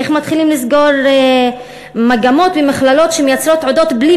איך מתחילים לסגור מגמות ומכללות שמייצרות תעודות בלי